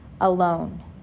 alone